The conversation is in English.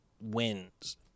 wins